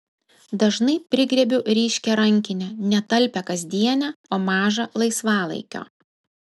dažnai prigriebiu ryškią rankinę ne talpią kasdienę o mažą laisvalaikio